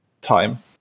time